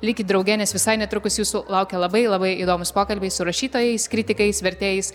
likit drauge nes visai netrukus jūsų laukia labai labai įdomūs pokalbiai su rašytojais kritikais vertėjais